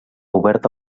oberta